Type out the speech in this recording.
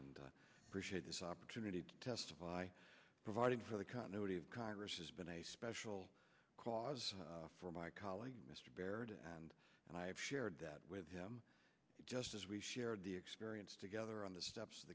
appreciate this opportunity to testify providing for the continuity of congress has been a special cause for my colleague mr baird and i have shared that with him just as we shared the experience together on the steps of